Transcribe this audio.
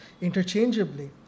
interchangeably